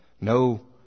no